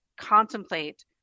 contemplate